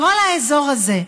כל האזור הזה,